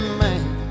man